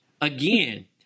Again